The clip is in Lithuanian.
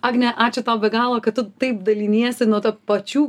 agne ačiū tau be galo kad tu taip daliniesi nuo to pačių